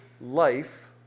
life